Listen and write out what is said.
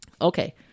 Okay